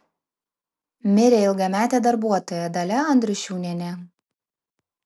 mirė ilgametė darbuotoja dalia andriušiūnienė